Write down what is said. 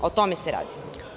O tome se radi.